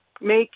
make